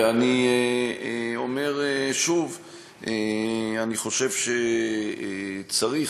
ואני אומר שוב: אני חושב שצריך,